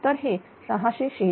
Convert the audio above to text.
तर हे 646